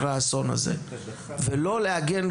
ולא להגן,